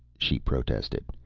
she protested.